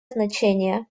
значение